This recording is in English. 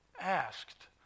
asked